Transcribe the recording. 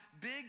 big